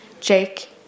Jake